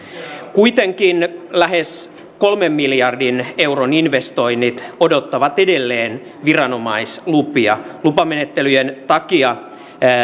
kuitenkin lähes kolmen miljardin euron investoinnit odottavat edelleen viranomaislupia lupamenettelyjen takia